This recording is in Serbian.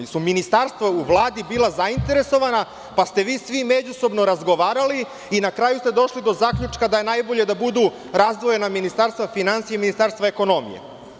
Jesu ministarstva u Vladi bila zainteresovana, pa ste vi međusobno razgovarali i na kraju ste došli do zaključka da je najbolje da budu razdvojena Ministarstvo finansija i Ministarstvo ekonomije.